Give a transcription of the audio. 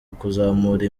ukuzamura